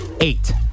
Eight